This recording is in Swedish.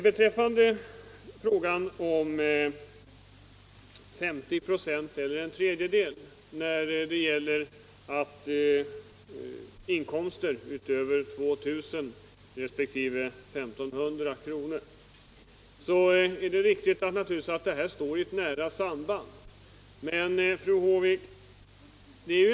Det är riktigt att reduktionsfaktorn för hustrutillägg och bostadstillägg vid en inkomst på över 2 000 kr. resp. 1 500 kr. har sänkts från 50 96 till en tredjedel.